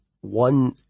one